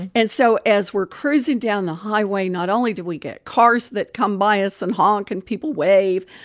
and so as we're cruising down the highway, not only do we get cars that come by us and honk and people wave,